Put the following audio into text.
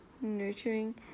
nurturing